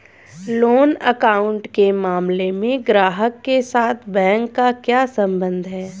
Loan account के मामले में ग्राहक के साथ बैंक का क्या संबंध है?